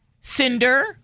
cinder